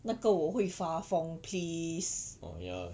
oh ya